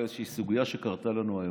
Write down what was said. לאיזו סוגיה שקרתה לנו היום.